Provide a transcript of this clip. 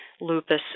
lupus